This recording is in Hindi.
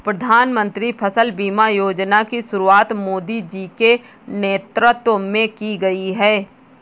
प्रधानमंत्री फसल बीमा योजना की शुरुआत मोदी जी के नेतृत्व में की गई है